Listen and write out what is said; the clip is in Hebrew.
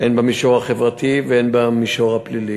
הן במישור החברתי והן במישור הפלילי.